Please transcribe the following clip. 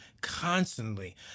constantly